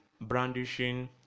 brandishing